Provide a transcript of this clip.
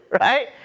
right